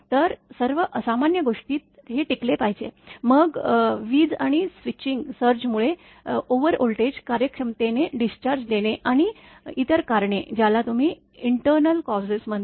तर सर्व असामान्य गोष्टीत टिकेल मग वीज आणि स्विचिंग सर्ज मुळे ओव्हर व्होल्टेज कार्यक्षमतेने डिस्चार्ज देणे आणि इतर कारणे ज्याला तुम्ही इंटरनल कॉसेस म्हणता